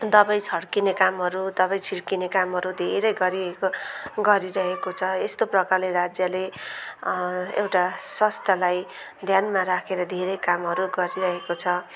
दबाई छर्किने कामहरू दबाई छिर्किने कामहरू धेरै गरे गरिरहेको छ यस्तो प्रकारले राज्यले एउटा स्वास्थ्यलाई ध्यानमा राखेर धेरै कामहरू गरिरहेको छ